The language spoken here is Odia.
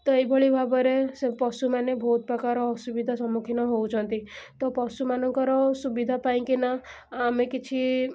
ତ ଏହିଭଳି ଭାବରେ ସେ ପଶୁମାନେ ବହୁତପ୍ରକାର ଅସୁବିଧା ସମ୍ମୁଖୀନ ହଉଛନ୍ତି ତ ପଶୁମାନଙ୍କର ସୁବିଧା ପାଇଁକିନା ଆମେ କିଛି